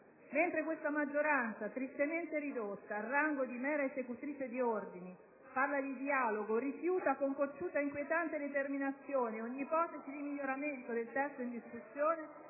Mentre questa maggioranza - tristemente ridotta al rango di mera esecutrice di ordini - parla di dialogo, rifiuta con cocciuta e inquietante determinazione ogni ipotesi di miglioramento del testo in discussione,